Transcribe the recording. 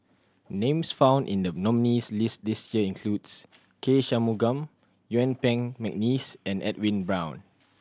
names found in the nominees' list this year includes K Shanmugam Yuen Peng McNeice and Edwin Brown